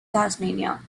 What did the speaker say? tasmania